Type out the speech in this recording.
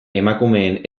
emakumeen